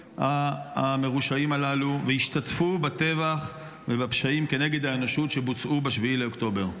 המרושעים הללו והשתתפו בטבח ובפשעים כנגד האנושות שבוצעו ב-7 באוקטובר?